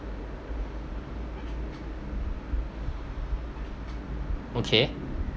okay